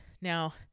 Now